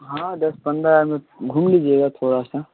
हाँ दस पंद्रह मिनट घूम लीजिएगा थोड़ा सा